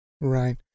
Right